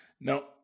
No